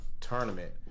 tournament